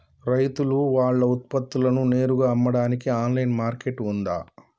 రైతులు వాళ్ల ఉత్పత్తులను నేరుగా అమ్మడానికి ఆన్లైన్ మార్కెట్ ఉందా?